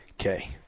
Okay